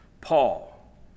Paul